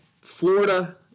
Florida